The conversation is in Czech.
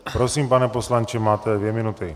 Prosím, pane poslanče, máte dvě minuty.